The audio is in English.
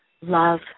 Love